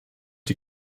die